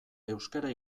euskara